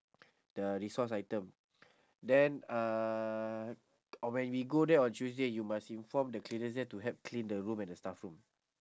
the resource item then uh oh when we go there on tuesday you must inform the cleaners there to help clean the room and the staff room